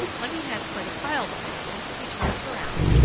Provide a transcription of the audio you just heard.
when he has quite a pile behind him he turns around,